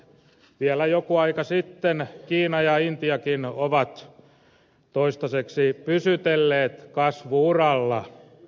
vielä joku aika sitten kiina ja intiakin ovat toistaiseksi pysytelleet kasvu uralla